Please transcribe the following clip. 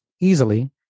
easily